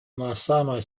malsamaj